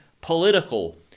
political